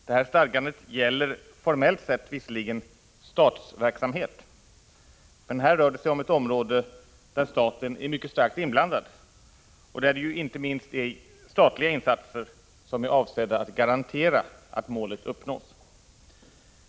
Det här stadgandet gäller formellt sett visserligen ”statsverksamhet”, men här rör det sig om ett område där staten är mycket starkt inblandad och där det ju inte minst är statliga insatser som är avsedda att garantera att målet uppnås.